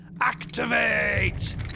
activate